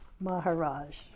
Maharaj